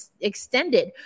extended